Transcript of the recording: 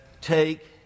Take